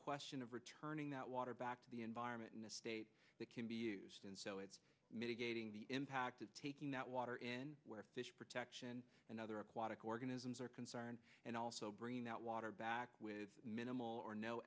question of returning that water back to the environment in the state that can be used and so it's mitigating the impact of taking that water in where fish protection and other aquatic organisms are concerned and also bring that water back with minimal or no